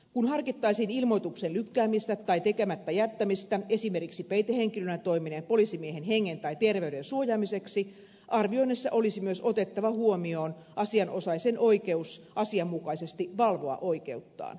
kun harkittaisiin ilmoituksen lykkäämistä tai tekemättä jättämistä esimerkiksi peitehenkilönä toimineen poliisimiehen hengen tai terveyden suojaamiseksi arvioinnissa olisi myös otettava huomioon asianosaisen oikeus asianmukaisesti valvoa oikeuttaan